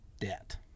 debt